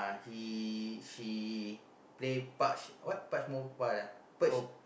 he he play Parch what Mobile uh Perch